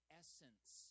essence